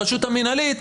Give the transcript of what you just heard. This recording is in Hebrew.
הרשות המנהלית,